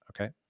Okay